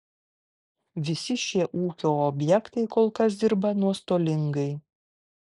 visi šie ūkio objektai kol kas dirba nuostolingai